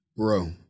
Bro